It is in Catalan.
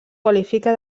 qualifica